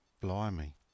Blimey